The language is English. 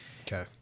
Okay